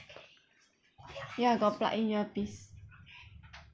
ya got plug in earpiece